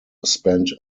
spent